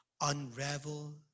unravel